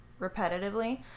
repetitively